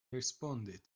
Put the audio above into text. responded